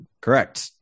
correct